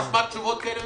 הם